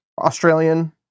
Australian